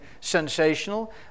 sensational